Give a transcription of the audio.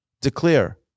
declare